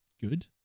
good